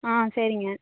ஆ சரிங்க